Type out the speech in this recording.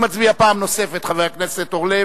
חבר הכנסת אורלב.